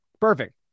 perfect